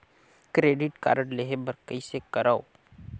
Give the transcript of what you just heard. Credit card लेहे बर कइसे करव?